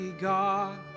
God